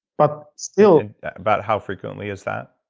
but still. about how frequently is that?